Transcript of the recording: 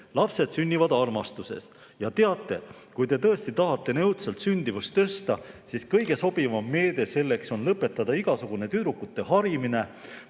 Lapsed sünnivad armastusest. Teate, kui te tõesti tahate nii õudselt sündimust tõsta, siis kõige sobivam meede selleks on lõpetada igasugune tüdrukute harimine,